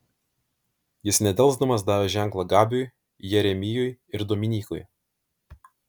jis nedelsdamas davė ženklą gabiui jeremijui ir dominykui